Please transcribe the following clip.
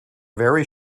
very